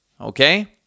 okay